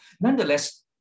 Nonetheless